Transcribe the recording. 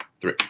three